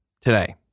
today